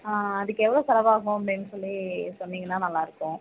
அதற்கு எவ்வளோ செலவாகும் அப்படின் சொல்லி சொன்னிங்கன்னா நல்லாருக்கும்